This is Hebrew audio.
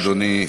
תודה, אדוני.